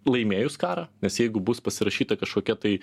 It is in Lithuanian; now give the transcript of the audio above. laimėjus karą nes jeigu bus pasirašyta kažkokia tai